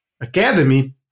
Academy